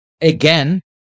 again